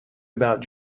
about